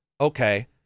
okay